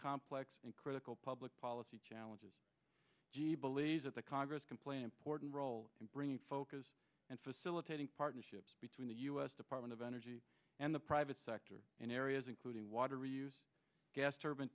complex and critical public policy challenges g e believes that the congress complain important role in bringing focus and facilitating partnerships between the u s department of energy and the private sector in areas including water use gas turb